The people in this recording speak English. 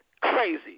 crazy